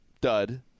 dud